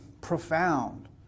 profound